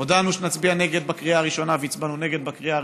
הודענו שנצביע נגד בקריאה ראשונה והצבענו נגד בקריאה הראשונה,